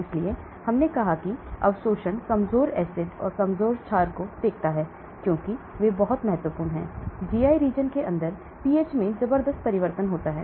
इसलिए हमने कहा कि अवशोषण कमजोर एसिड और कमजोर क्षार को देखता है क्योंकि वे बहुत महत्वपूर्ण हैं GI region के अंदर pH में जबरदस्त परिवर्तन होता है